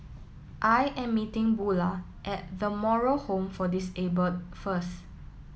I am meeting Bulah at The Moral Home for Disabled first